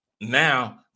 now